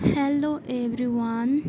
hello everyone